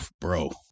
bro